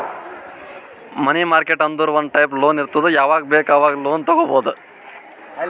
ಮನಿ market ಅಂದುರ್ ಒಂದ್ type loan ಇರ್ತುದ್ ಯಾವಾಗ್ ಬೇಕ್ ಆವಾಗ್ ಲೋನ್ ತಗೊಬೋದ್